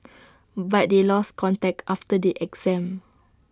but they lost contact after the exam